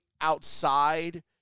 outside